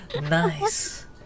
nice